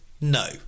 No